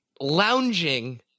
Lounging